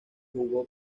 jugó